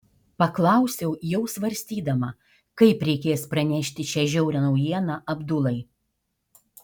paklausiau jau svarstydama kaip reikės pranešti šią žiaurią naujieną abdulai